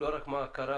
לא רק מה קרה,